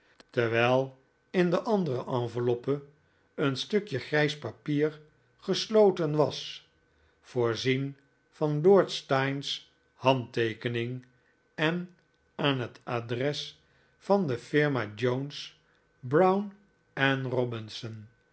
terwijl in de andere enveloppe een stukje grijs papier gesloten was voorzien van lord steyne's handteekening en aan het adres van de firma jones brown robinson